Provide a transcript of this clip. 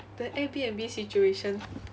the airbnb situation